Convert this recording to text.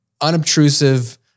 unobtrusive